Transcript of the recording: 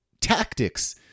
tactics